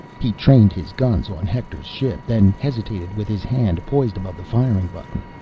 he trained his guns on hector's ship, then hesitated with his hand poised above the firing button.